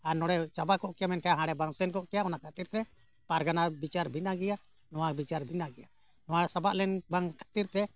ᱟᱨ ᱱᱚᱰᱮ ᱪᱟᱵᱟ ᱠᱚᱜ ᱠᱮᱭᱟ ᱢᱮᱱᱠᱷᱟᱱ ᱦᱟᱸᱰᱮ ᱵᱟᱝ ᱥᱮᱱ ᱠᱚᱜ ᱠᱮᱭᱟ ᱚᱱᱟ ᱠᱷᱟᱹᱛᱤᱨ ᱛᱮ ᱯᱟᱨᱜᱟᱱᱟ ᱵᱤᱪᱟᱹᱨ ᱵᱷᱤᱱᱟᱹ ᱜᱮᱭᱟ ᱱᱚᱣᱟ ᱵᱤᱪᱟᱹᱨ ᱵᱷᱤᱱᱟᱹ ᱜᱮᱭᱟ ᱱᱚᱣᱟ ᱥᱟᱵᱟᱜ ᱞᱮᱱ ᱵᱟᱝ ᱠᱷᱟᱹᱛᱤᱨ ᱛᱮ